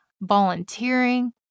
volunteering